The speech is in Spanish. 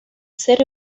ser